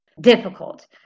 difficult